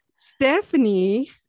Stephanie